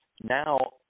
now